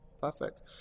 perfect